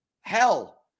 Hell